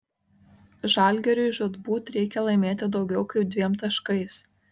žalgiriui žūtbūt reikia laimėti daugiau kaip dviem taškais